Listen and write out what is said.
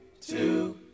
two